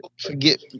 Forget